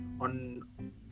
on